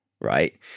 right